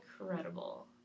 Incredible